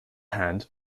hand